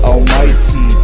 Almighty